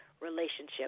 relationship